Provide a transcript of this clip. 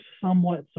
somewhat